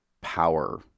power